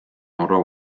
norra